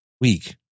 week